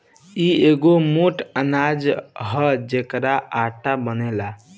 इ एगो मोट अनाज हअ जेकर आटा बनेला